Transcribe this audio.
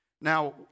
Now